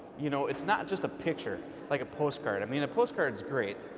you know, it's not just a picture like a postcard. i mean a postcard is great,